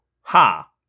ha